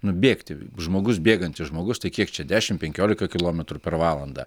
nubėgti žmogus bėgantis žmogus tai kiek čia dešimt penkiolika kilometrų per valandą